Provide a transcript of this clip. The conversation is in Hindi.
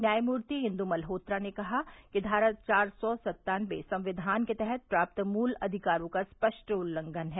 न्यायमूर्ति इन्दु मल्होत्रा ने कहा कि धारा चार सौ सन्तानबे संविधान के तहत प्राप्त मूल अधिकारों का स्पष्ट उल्लंघन है